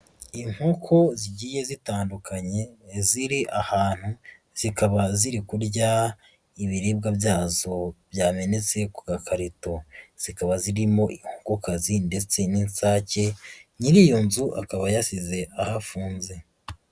Inkoko zigiye zitandukanye ziri ahantu, zikaba ziri kurya ibiribwa byazo byamenetse ku gakarito, zikaba zirimo inkokokazi ndetse n'insake, nyiri iyo nzu akaba yasize ahafunze.